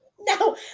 No